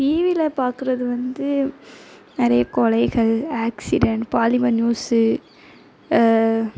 டிவியில பார்க்கறது வந்து நிறைய கொலைகள் ஆக்சிடென்ட் பாலிமர் நியூஸு